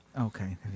Okay